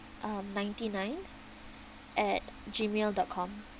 um ninety nine at gmail dot com